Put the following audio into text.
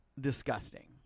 disgusting